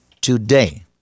today